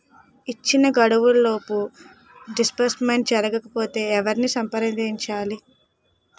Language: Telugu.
ఇచ్చిన గడువులోపు డిస్బర్స్మెంట్ జరగకపోతే ఎవరిని సంప్రదించాలి?